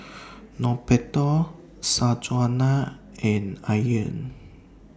Norberto Sanjuana and Ian